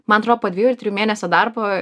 man atro po dviejų ar trijų mėnesių darbo